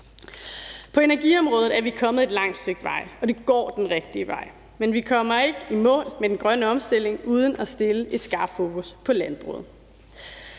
På energiområdet er vi kommet et langt stykke vej, og det går den rigtige vej, men vi kommer ikke i mål med den grønne omstilling uden at sætte et skarpt fokus på landbruget.